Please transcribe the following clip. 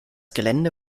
gelände